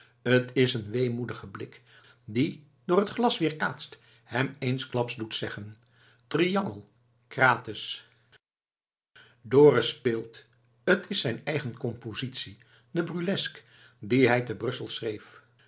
t is een weemoedige blik die door t glas weerkaatst hem eensklaps doet zeggen triangel krates dorus speelt t is zijn eigen compositie de burlesque die hij te brussel schreef